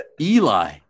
eli